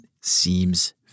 seems